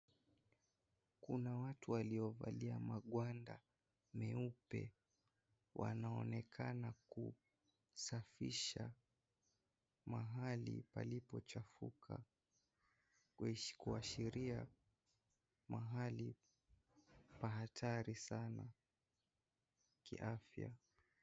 Kuna watu waliovalia magwanda meupe. Wanaonekana kusafisha mahali palipochafuka, kuashiria mahali pa hatari sana kiafya.